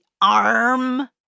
arm